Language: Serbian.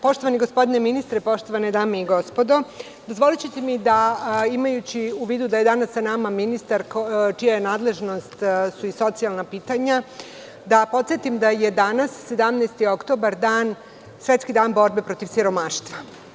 Poštovani gospodine ministre, poštovane dame i gospodo, dozvolićete mi, imajući u vidu da je danas sa nama ministar čija su nadležnost i socijalna pitanja, da podsetim da je danas 17. oktobar - Svetski dan borbe protiv siromaštva.